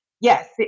Yes